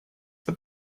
эта